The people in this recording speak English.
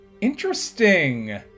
Interesting